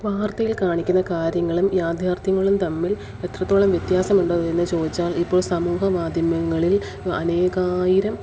വാർത്തയിൽ കാണിക്കുന്ന കാര്യങ്ങളും യാഥാർത്ഥ്യങ്ങളും തമ്മിൽ എത്രത്തോളം വ്യത്യാസമുണ്ട് എന്നു ചോദിച്ചാൽ ഇപ്പോൾ സമൂഹമാധ്യമങ്ങളിൽ അനേകായിരം